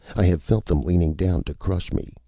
i have felt them leaning down to crush me,